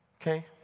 Okay